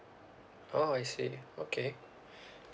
oh I see okay